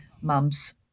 mum's